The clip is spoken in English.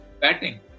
batting